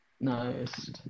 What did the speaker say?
Nice